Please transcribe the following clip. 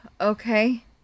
okay